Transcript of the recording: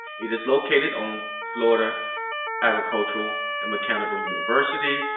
it is located on florida agricultural and mechanical university.